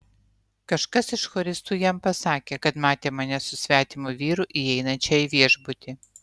kažkas iš choristų jam pasakė kad matė mane su svetimu vyru įeinančią į viešbutį